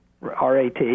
RAT